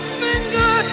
finger